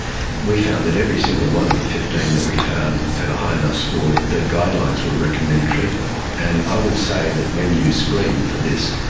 we found that every single one of the fifteen that we found had a high enough score that guidelines would recommend treatment. and i would say that when you screen for this,